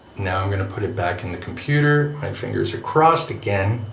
now i'm gonna put it back in the computer my fingers are crossed again.